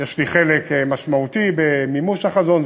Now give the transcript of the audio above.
שיש לי חלק משמעותי במימוש החזון.